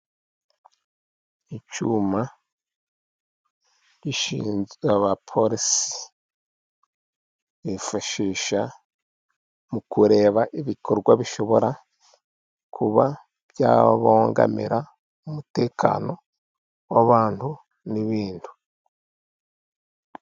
Icyuma gishinze, abapolisi bifashisha mu kureba ibikorwa bishobora kuba byabangamira ,umutekano w'abantu n'ibindi.